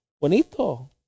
bonito